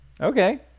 okay